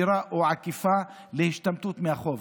ישירה או עקיפה, להשתמטות מהחוב.